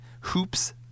hoops